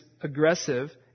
aggressive